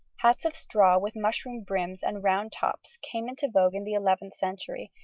hats of straw with mushroom brims and round tops came into vogue in the eleventh century,